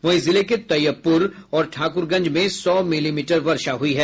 वहीं जिले के तैयबपुर और ठाकुरगंज में सौ मिलीमीटर वर्षा हुई है